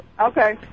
Okay